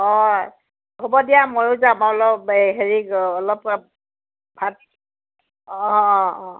অ হ'ব দিয়া ময়ো যাম অলপ এই হেৰি অলপ ভাত অঁ অঁ অঁ অঁ